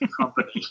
company